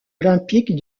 olympique